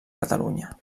catalunya